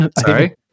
Sorry